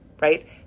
right